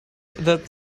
that